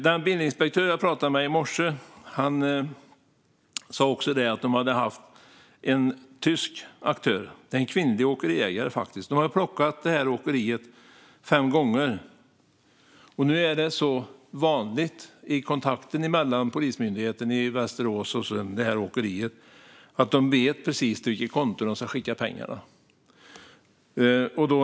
Den bilinspektör som jag pratade med i morse sa också att det finns ett tyskt åkeri, faktiskt med en kvinnlig åkeriägare, vars bilar de har plockat fem gånger. Nu är kontakten mellan polisen i Västerås och det åkeriet så vanlig att man vet precis till vilket konto man ska skicka pengarna.